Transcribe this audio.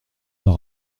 d’un